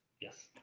yes